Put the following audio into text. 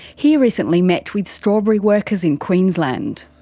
he recently met with strawberry workers in queensland.